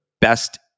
best